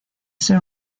ser